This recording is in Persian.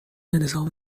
نظام